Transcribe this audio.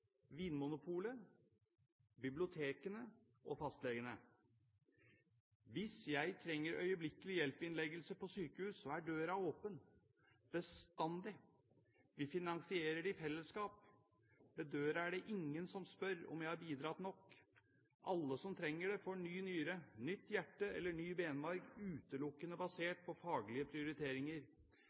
Vinmonopolet, bibliotekene og fastlegene. Hvis jeg trenger øyeblikelig-hjelp-innleggelse på sykehus, er døra åpen – bestandig. Vi finansierer det i fellesskap. Ved døra er det ingen som spør om jeg har bidratt nok. Alle som trenger det, får ny nyre, nytt hjerte eller ny benmarg utelukkende basert på faglige prioriteringer.